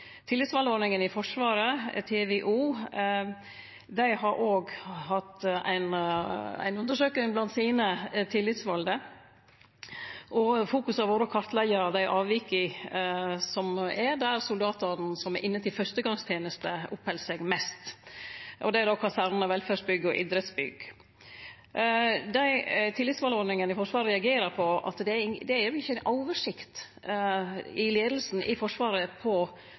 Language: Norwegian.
TVO, har òg hatt ei undersøking blant sine tillitsvalde. Fokuset har vore på å kartleggje dei avvika som er der soldatane som er inne til fyrstegongsteneste oppheld seg mest. Det er kaserne, velferdsbygg og idrettsbygg. Tillitsvaldordninga i Forsvaret reagerer på at det ikkje er ei oversikt hos leiinga i Forsvaret på dette området. Senterpartiet føreslo i samband med arbeidet med langtidsplanen for Forsvaret